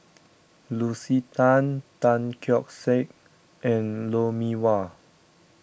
Lucy Tan Tan Keong Saik and Lou Mee Wah